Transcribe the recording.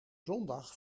zondag